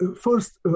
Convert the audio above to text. first